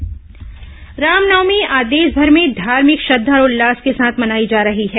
रामनवमीं रामनवमी आज देशभर में धार्मिक श्रद्धा और उल्लास के साथ मनाई जा रही है